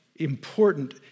important